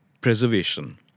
preservation